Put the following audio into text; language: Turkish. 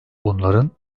bunların